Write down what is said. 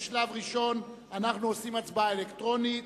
בשלב ראשון אנחנו עושים הצבעה אלקטרונית.